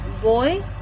boy